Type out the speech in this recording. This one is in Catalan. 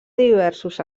diversos